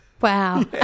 Wow